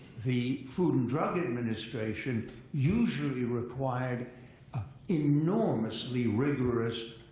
the food and drug administration usually required enormously rigorous,